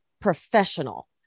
professional